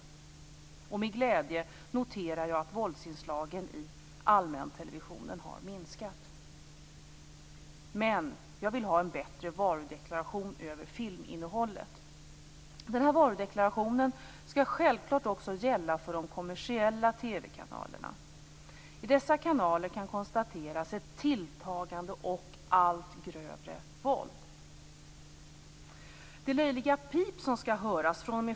Med glädje noterar jag att våldsinslagen i allmäntelevisionen har minskat. Men jag vill ha en bättre varudeklaration över filminnehållet. Denna varudeklaration skall självklart också gälla för de kommersiella TV-kanalerna. I dessa kanaler kan konstateras ett tilltagande och allt grövre våld.